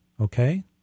Okay